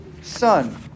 son